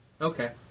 Okay